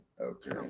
okay